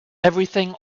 everything